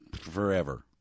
forever